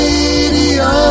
Radio